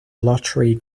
lottery